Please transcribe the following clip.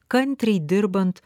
kantriai dirbant